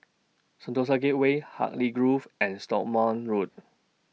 Sentosa Gateway Hartley Grove and Stagmont Road